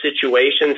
situations